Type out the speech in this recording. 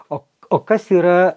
o k o kas yra